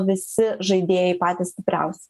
visi žaidėjai patys stipriausi